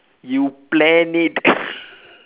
you plan it